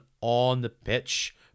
on-the-pitch